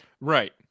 Right